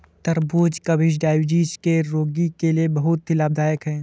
तरबूज का बीज डायबिटीज के रोगी के लिए बहुत ही लाभदायक है